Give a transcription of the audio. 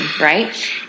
right